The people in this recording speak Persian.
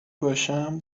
باشم